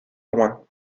loing